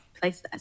places